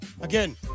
Again